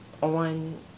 on